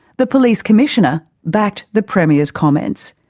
the police commissioner backed the premier's comments.